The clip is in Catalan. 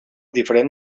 diferent